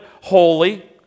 holy